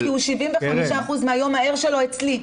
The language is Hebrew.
כי 75% מהיום הוא אצלי.